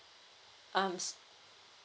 arms